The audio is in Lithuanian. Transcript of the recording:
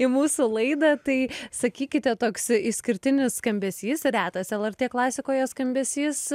į mūsų laidą tai sakykite toksai išskirtinis skambesys retas lrt klasikoje skambesys